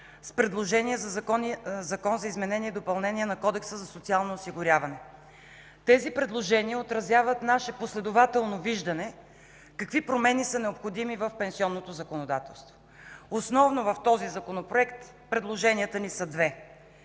с предложение за Закон за изменение и допълнение на Кодекса за социално осигуряване. Тези предложения отразяват наше последователно виждане какви промени са необходими в пенсионното законодателство. Основно в този законопроект предложенията ни са две.